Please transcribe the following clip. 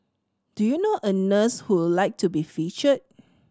do you know a nurse who would like to be featured